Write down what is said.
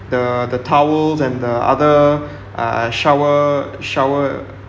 the the towels and the other uh shower shower